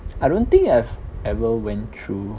I don't think I've ever went through